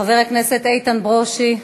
חבר הכנסת איתן ברושי?